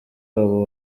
wabo